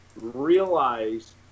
realize